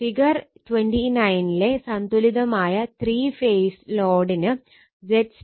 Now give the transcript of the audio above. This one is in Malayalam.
ഫിഗർ 29 ലെ സന്തുലിതമായ ത്രീ ഫേസ് ലോഡിന് ZY 8 j 6 Ω